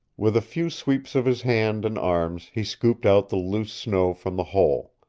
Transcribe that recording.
with a few sweeps of his hands and arms he scooped out the loose snow from the hole.